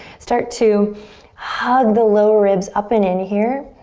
start to hug the low ribs up and in here.